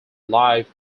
live